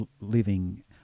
living